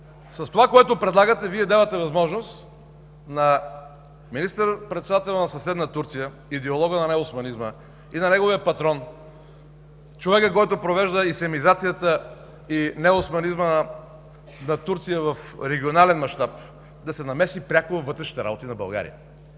С това, което предлагате, Вие давате възможност на министър-председателя на съседна Турция – идеологът на неоосманизма и на неговия патрон, човекът, който провежда ислямизацията и неоосманизма на Турция в регионален мащаб, да се намеси пряко във вътрешните работи на България.